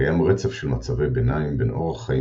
קיים רצף של מצבי ביניים בין אורח חיים